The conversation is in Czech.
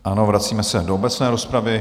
Ano, vracíme se do obecné rozpravy.